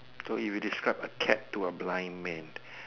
so if you describe a cat to a blind man